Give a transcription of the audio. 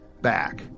back